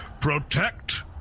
protect